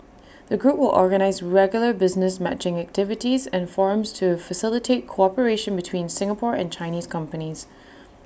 the group will organise regular business matching activities and forums to facilitate cooperation between Singapore and Chinese companies